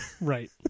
Right